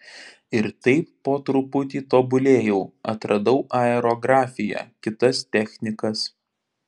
ir taip po truputį tobulėjau atradau aerografiją kitas technikas